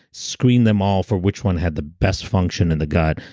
screened them all for which one had the best function in the gut,